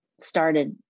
started